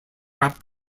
rap